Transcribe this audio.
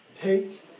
Take